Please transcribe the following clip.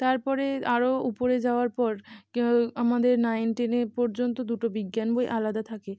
তারপরে আরো উপরে যাওয়ার পর কেউ আমাদের নাইন টেনে পর্যন্ত দুটো বিজ্ঞান বই আলাদা থাকে